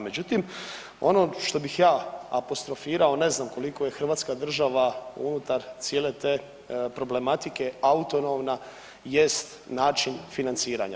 Međutim, ono što bih ja apostrofirao, ne znam koliko je hrvatska država unutar cijele te problematike autonomna jest način financiranja.